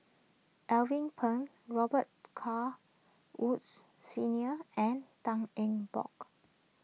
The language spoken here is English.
Alvin Pang Robet Carr Woods Senior and Tan Eng Bock